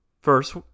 First